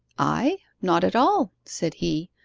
i? not at all said he,